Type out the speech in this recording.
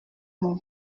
mon